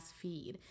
feed